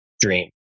dream